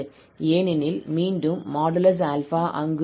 ஏனெனில் மீண்டும் |𝛼| அங்கு உள்ளது